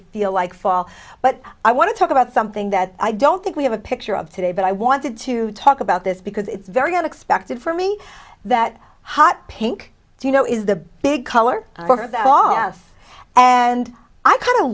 feel like fall but i want to talk about something that i don't think we have a picture of today but i wanted to talk about this because it's very unexpected for me that hot pink you know is the big color of them are us and i kind